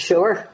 Sure